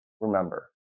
Remember